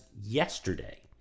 yesterday